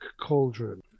Cauldron